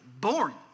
boring